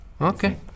Okay